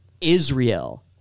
Israel